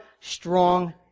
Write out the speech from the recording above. strong